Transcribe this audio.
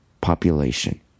population